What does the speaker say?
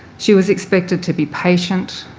she was expected to be patient,